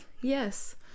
Yes